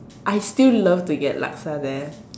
I still love to get Laksa there